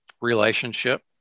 relationship